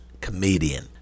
Comedian